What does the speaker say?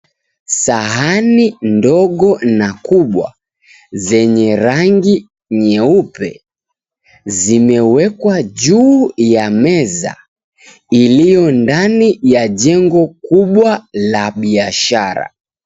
Sahani ndogo na kubwa, zenye rangi nyeupe, zimewekwa juu ya meza, iliyo ndani ya jengo kubwa la biashara.